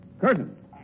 Curtain